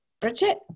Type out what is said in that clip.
Bridget